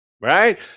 right